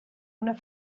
una